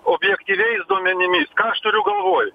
objektyviais duomenimis ką aš turiu galvoj